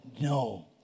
No